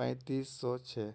पैंतीस सौ छे